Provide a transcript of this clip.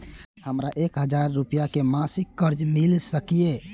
हमरा एक हजार रुपया के मासिक कर्ज मिल सकिय?